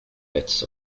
myths